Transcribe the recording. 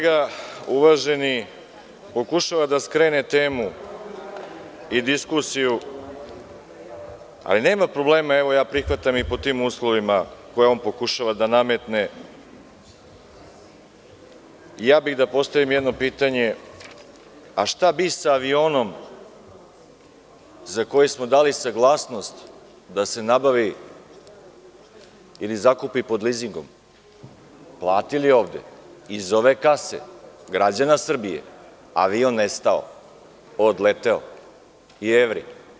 Moj uvaženi kolega pokušava da skrene temu i diskusiju, ali nema problema, prihvatam i pod tim uslovima koje on pokušava da nametne i ja bih da postavim jedno pitanje – šta bi sa avionom za koji smo dali saglasnost da se nabavi ili zakupi pod lizingom, platili iz ove kase građana Srbije, ali je on nestao, odleteo, a i evri?